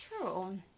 true